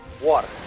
Water